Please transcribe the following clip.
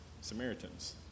Samaritans